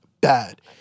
bad